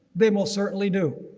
they most certainly do.